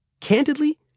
Candidly